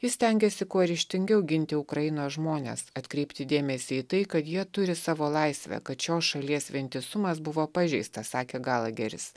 jis stengiasi kuo ryžtingiau ginti ukrainos žmones atkreipti dėmesį į tai kad jie turi savo laisvę kad šios šalies vientisumas buvo pažeista sakė galageris